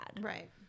Right